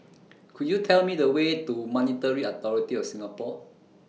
Could YOU Tell Me The Way to Monetary Authority of Singapore